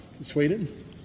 Sweden